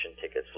tickets